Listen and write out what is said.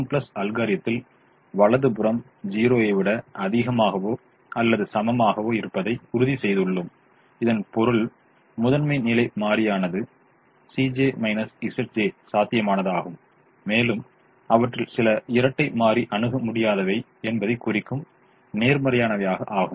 simplex அல்காரிதத்தில் வலது புறம் 0 ஐ விட அதிகமாகவோ அல்லது சமமாகவோ இருப்பதை உறுதிசெய்துள்ளோம் இதன் பொருள் முதன்மை நிலை மாறியானது சாத்தியமானதாகும் மேலும் அவற்றில் சில இரட்டை மாறி அணுக முடியாதவை என்பதைக் குறிக்கும் நேர்மறையானவை ஆகும்